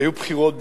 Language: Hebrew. היו בחירות בישראל.